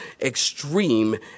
extreme